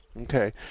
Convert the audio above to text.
Okay